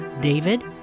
David